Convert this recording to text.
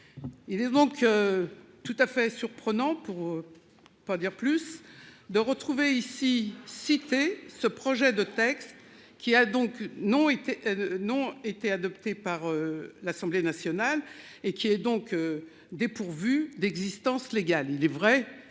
Il est donc. Tout à fait surprenant pour. Pas dire plus de retrouver ici cité ce projet de texte qui a donc n'été n'ont été adopté par l'Assemblée nationale et qui est donc. Dépourvu d'existence légale, il est vrai